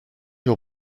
your